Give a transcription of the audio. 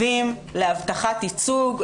מחייבים להבטחת ייצוג,